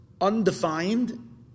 undefined